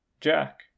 Jack